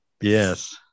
Yes